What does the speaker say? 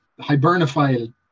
hibernophile